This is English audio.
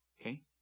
Okay